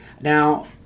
Now